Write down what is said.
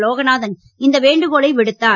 லோகநாதன் இந்த வேண்டுகோளை விடுத்தார்